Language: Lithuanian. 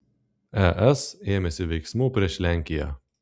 es ėmėsi veiksmų prieš lenkiją